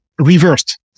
reversed